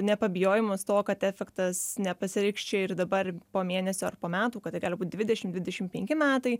nepabijojimas to kad efektas nepasireikš čia ir dabar po mėnesio ar po metų kad tai gali būt dvidešim dvidešim penki metai